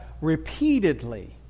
repeatedly